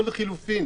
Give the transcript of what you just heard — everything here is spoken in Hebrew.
או לחילופין